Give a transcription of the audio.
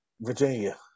Virginia